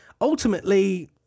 ultimately